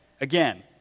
again